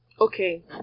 okay